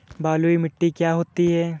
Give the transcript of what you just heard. बलुइ मिट्टी क्या होती हैं?